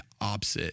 opposite